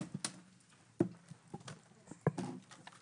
הישיבה נעולה.